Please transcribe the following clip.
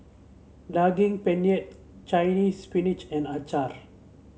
Daging Penyet Chinese Spinach and acar